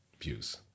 views